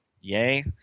Yay